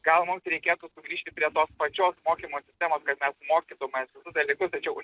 gal mums reikėtų sugrįžti prie tos pačios mokymo sistemos kad mes mokytumės visus dalykus tačiau